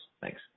Thanks